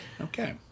Okay